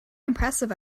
impressive